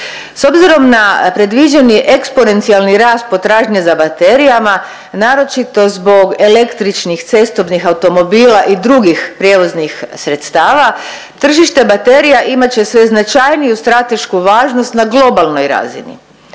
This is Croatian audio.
S obzirom na predviđeni eksponencijalni rast potražnje za baterijama naročito zbog električnih cestovnih automobila i drugih prijevoznih sredstava tržište baterija imat će sve značajniju stratešku važnost na globalnoj razini.